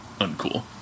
uncool